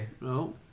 No